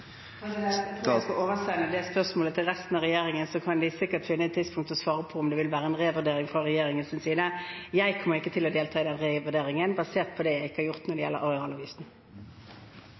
Jeg tror jeg skal oversende det spørsmålet til resten av regjeringen, så kan de sikkert finne et tidspunkt til å svare på om det vil være en revurdering fra regjeringens side. Jeg kommer ikke til å delta i den vurderingen, basert på at jeg ikke har gjort det når det gjelder